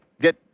get